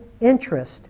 interest